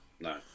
no